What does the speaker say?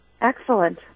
Excellent